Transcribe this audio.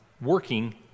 working